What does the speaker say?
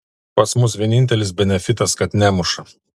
pas mus vienintelis benefitas kad nemuša